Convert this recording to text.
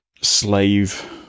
slave